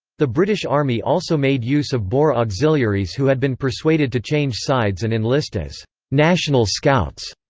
the british army also made use of boer auxiliaries who had been persuaded to change sides and enlist as national scouts.